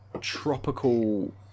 tropical